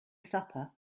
supper